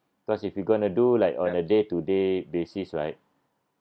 because if you're going to do like on a day to day basis right